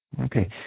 Okay